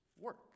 work